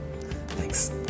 Thanks